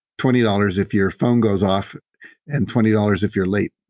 twenty dollars if your phone goes off and twenty dollars if you're late.